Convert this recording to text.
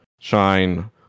Shine